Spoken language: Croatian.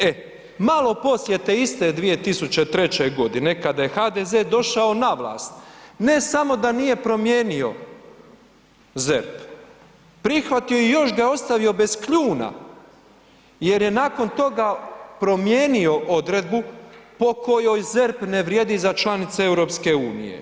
E, malo poslije te iste 2003. godine, kada je HDZ došao na vlast, ne samo da nije promijenio ZERP, prihvatio i još ga je ostavio bez kljuna jer je nakon toga promijenio odredbu po kojoj ZERP ne vrijedi za članice EU.